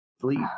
sleep